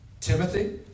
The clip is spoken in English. Timothy